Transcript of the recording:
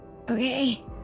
Okay